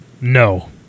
No